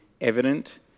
evident